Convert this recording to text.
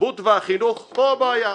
התרבות והחינוך פה הבעיה.